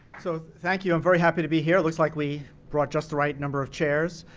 so thank you. i'm very happy to be here. looks like we brought just the right number of chairs.